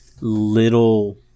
little